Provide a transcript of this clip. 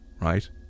right